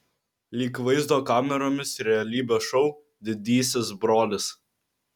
lyg vaizdo kameromis realybės šou didysis brolis